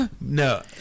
no